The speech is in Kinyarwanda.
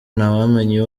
ntawamenya